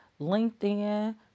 LinkedIn